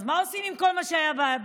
אז מה עושים עם כל מה שהיה בערב?